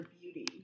beauty